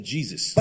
Jesus